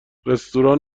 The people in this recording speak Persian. رستوران